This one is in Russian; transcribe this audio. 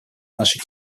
нашей